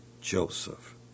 Joseph